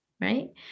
Right